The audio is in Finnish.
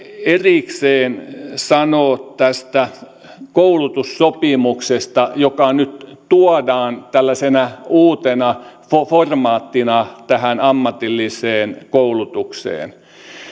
erikseen sanoa tästä koulutussopimuksesta joka nyt tuodaan tällaisena uutena formaattina tähän ammatilliseen koulutukseen